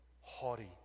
haughty